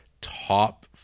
top